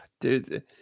dude